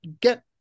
get